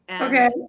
okay